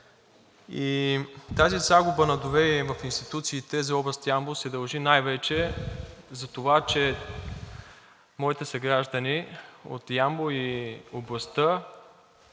тази загуба на доверие в институциите за област Ямбол се дължи най-вече затова, че моите съграждани от Ямбол и областта